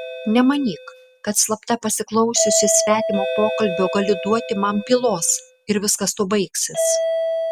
nemanyk kad slapta pasiklausiusi svetimo pokalbio gali duoti man pylos ir viskas tuo baigsis